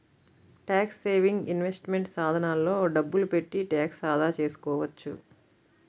tax saving investment సాధనాల్లో డబ్బులు పెట్టి ట్యాక్స్ ఆదా చేసుకోవచ్చు